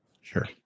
Sure